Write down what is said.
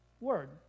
word